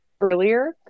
earlier